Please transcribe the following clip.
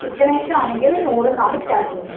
chicken item ആണെങ്കിൽ നൂറിൽ നിന്നാണ് സ്റ്റാർട്ട് ചെയ്യുന്നത്